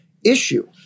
issue